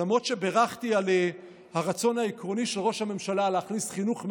למרות שבירכתי על הרצון העקרוני של ראש הממשלה להכניס חינוך מלידה,